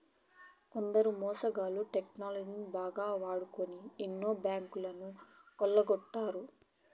కొందరు మోసగాళ్ళు టెక్నాలజీని బాగా వాడి ఎన్నో బ్యాంకులను కొల్లగొట్టారు